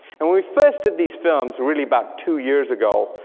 and we first did these films really about two years ago,